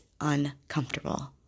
uncomfortable